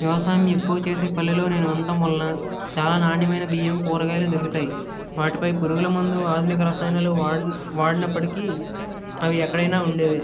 వ్యవసాయం ఎక్కువ చేసే పల్లెలో నేను ఉండడం వలన చాలా నాణ్యమైన బియ్యం కూరగాయలు దొరుకుతాయి వాటిపై పురుగుల మందు ఆధునిక రసాయనాలు వాడినప్పటికీ అవి ఎక్కడైనా ఉండేవే